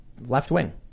left-wing